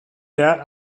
that